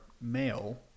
male